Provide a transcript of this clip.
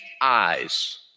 eyes